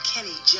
Kenny